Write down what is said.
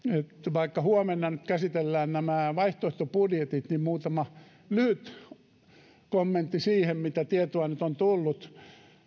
vaikka nyt huomenna käsitellään nämä vaihtoehtobudjetit niin muutama lyhyt kommentti siihen mitä tietoa nyt on tullut